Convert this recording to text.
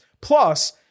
Plus